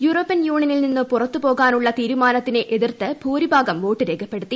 European യൂണിയനിൽ നിന്നു പുറത്തുപോകാനുള്ള തീരുമാനത്തിനെ എതിർത്ത് ഭൂരിഭാഗം വോട്ടു രേഖപ്പെടുത്തി